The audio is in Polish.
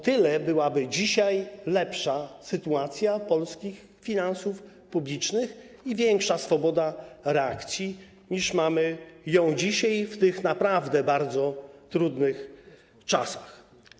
O tyle byłaby dzisiaj lepsza sytuacja polskich finansów publicznych i większa swoboda reakcji, niż mamy dzisiaj, w tych naprawdę bardzo trudnych czasach.